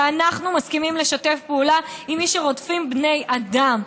ואנחנו מסכימים לשתף פעולה עם מי שרודפים בני אדם.